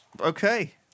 Okay